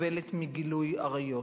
סובלת מגילוי עריות.